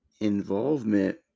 involvement